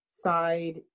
side